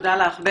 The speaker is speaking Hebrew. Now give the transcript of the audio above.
תודה לך.